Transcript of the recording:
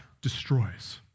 destroys